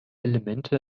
elemente